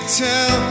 tell